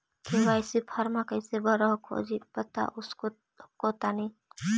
KYC फॉर्मा कैसे भरा हको जी बता उसको हको तानी?